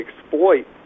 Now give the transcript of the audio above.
exploit